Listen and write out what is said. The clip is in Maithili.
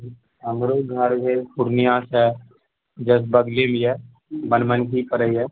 हमरो घर भेल पूर्णियासँ जस्ट बगलेमे यऽ बनबनखी परय यऽ